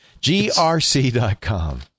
GRC.com